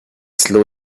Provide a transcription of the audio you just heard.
slow